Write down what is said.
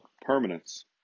permanence